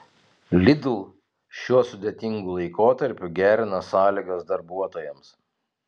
lidl šiuo sudėtingu laikotarpiu gerina sąlygas darbuotojams